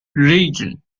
region